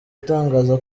atangaza